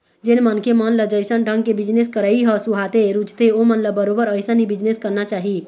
जेन मनखे मन ल जइसन ढंग के बिजनेस करई ह सुहाथे, रुचथे ओमन ल बरोबर अइसन ही बिजनेस करना चाही